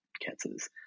cancers